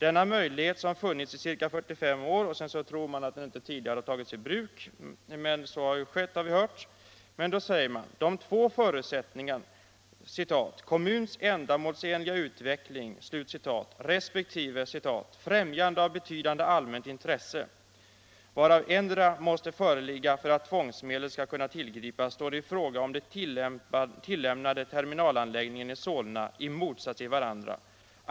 Denna möjlighet, som funnits i ca 45 år, har veterligen aldrig tagits i bruk.” Att så har skett har vi nu hört av statsrådet. Skrivelsen fortsätter: ”De två förutsättningar — ”kommuns ändamålsenliga utveckling” respektive ”främjande av betydande allmänt intresse” — varav endera måste föreligga för att tvångsmedlet skall kunna tillgripas står i fråga om den tillämnade terminalanläggningen i Solna i motsats till varandra.